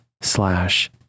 slash